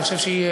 אני חושב שהיא,